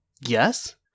Yes